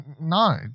no